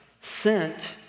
sent